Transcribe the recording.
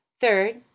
Third